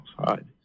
outside